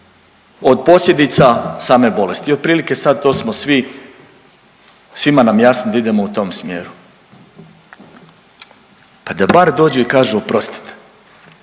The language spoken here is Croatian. od posljedica same bolesti. I otprilike sad to smo svi, svima nam je jasno da idemo u smjeru. Pa da bar dođu i kažu oprostite.